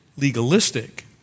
legalistic